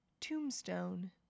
Tombstone